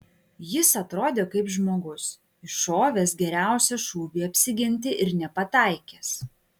jis atrodė kaip žmogus iššovęs geriausią šūvį apsiginti ir nepataikęs